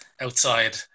outside